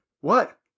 What